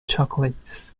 chocolates